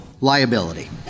liability